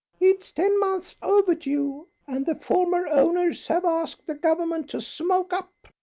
it's ten months overdue and the former owners have asked the government to smoke up.